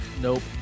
Nope